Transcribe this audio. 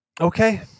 Okay